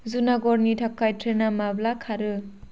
जुनागरनि थाखाय ट्रेना माब्ला खारो